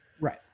Right